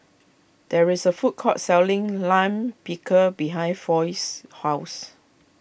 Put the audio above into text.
there is a food court selling Lime Pickle behind Foy's house